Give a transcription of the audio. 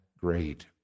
great